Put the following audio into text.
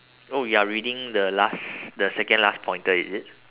oh you are reading the last the second last pointer is it